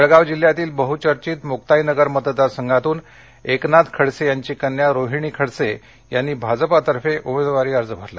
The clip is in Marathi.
जळगाव जिल्ह्यातील बहुचर्चित मुकाईनगर मतदारसंघातून एकनाथ खडसे यांची कन्या रोहिणी खडसे यांनी भाजपातर्फे उमेदवारी अर्ज भरला